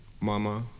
Mama